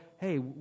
hey